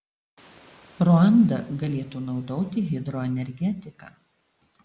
ruanda galėtų naudoti hidroenergetiką